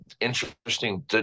interesting